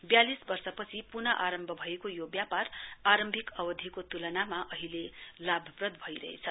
वयालिस वर्षपचि पुन आरम्भ भएको यो व्यापार आरम्भिक अवधिको तुलनामा अहिले लाभप्रद भइरहेछ